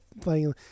playing